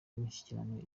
y’umushyikirano